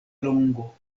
longo